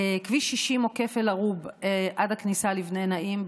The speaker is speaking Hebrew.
כביש 60 עוקף אל-ערוב עד הכניסה לבני נעים,